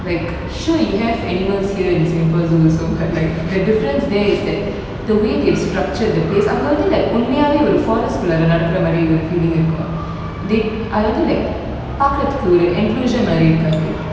like sure you have animals here in singapore zoo also but like the difference there is that the way they structured the place அங்க வந்து:anga vanthu like உண்மையாவே ஒரு:unmaiyave oru forest குள்ள நடக்குற மாதிரி ஒரு:kulla nadakura mathiri oru feeling இருக்கும்:irukum they அது வந்து:adhu vanthu like பார்க்கறதுக்கு ஒரு:parkurathuku oru enclosure மாதிரி இருக்காது:mathiri irukathu